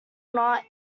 not